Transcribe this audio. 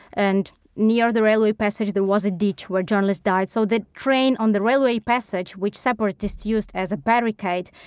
and near the railway passage there was a ditch where the journalists died. so the train on the railway passage, which separatist used as a barricade.